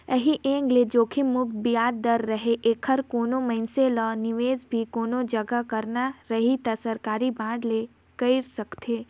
ऐही एंग ले जोखिम मुक्त बियाज दर रहें ऐखर कोनो मइनसे ल निवेस भी कोनो जघा करना रही त सरकारी बांड मे कइर सकथे